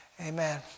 Amen